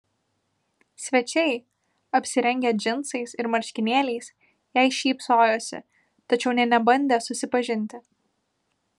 svečiai apsirengę džinsais ir marškinėliais jai šypsojosi tačiau nė nebandė susipažinti